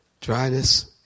Dryness